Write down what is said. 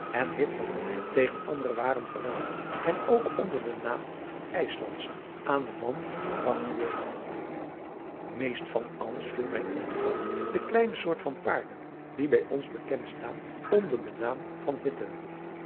en hitland tegen andere waren verruild en ook onder den naam van ijslandsche aan de maan gebragt worden meest van alles viel mij in het oog de kleine soort van paarden die bij ons bekend staan onder den naam van hitten